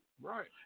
Right